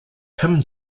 hymn